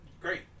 great